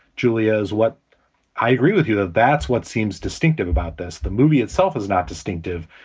julia, is what i agree with you, that that's what seems distinctive about this. the movie itself is not distinctive,